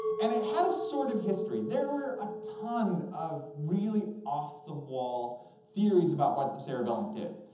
and it had a sordid history. there were a ton of really off the wall theories about what the cerebellum did.